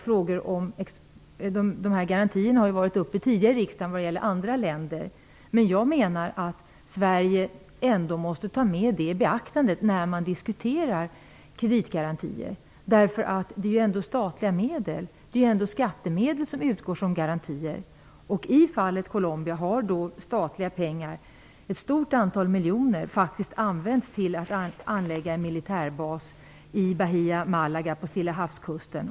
Frågor om dessa garantier har varit uppe tidigare i riksdagen vad gäller andra länder, men jag menar att Sverige ändå måste ta detta i beaktande när kreditgarantierna diskuteras. Det handlar ändå om statliga medel. Det är skattemedel som utgår som garantier. I fallet Colombia har statliga pengar, ett stort antal miljoner, faktiskt använts till att anlägga en militärbas i Bah a Málaga på Stilla havs-kusten.